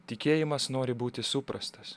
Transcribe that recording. tikėjimas nori būti suprastas